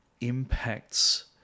impacts